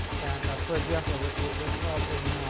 and ah for example, they're called in